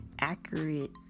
accurate